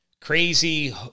crazy